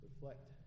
reflect